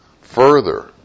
further